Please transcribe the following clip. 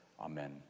amen